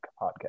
podcast